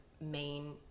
main